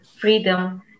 freedom